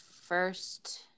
first